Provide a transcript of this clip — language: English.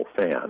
fan